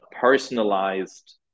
personalized